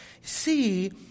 See